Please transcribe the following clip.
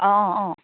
অ অ